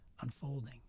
unfolding